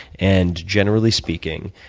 and generally speaking,